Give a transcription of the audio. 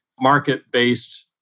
market-based